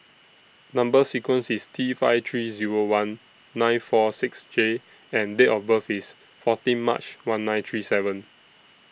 Number sequence IS T five three Zero one nine four six J and Date of birth IS fourteen March one nine three seven